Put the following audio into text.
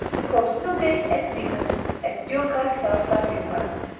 quos nugae et risus, et joca salsa juvant.